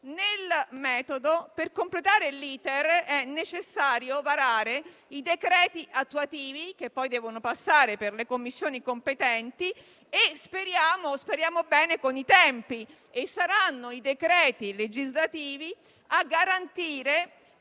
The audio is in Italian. nel metodo, per completare l'*iter* è necessario varare i decreti attuativi, che poi devono passare per le Commissioni competenti, e speriamo bene nei tempi. Saranno poi i decreti legislativi a garantire